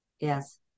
Yes